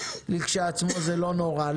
לכשעצמו זה לא נורא.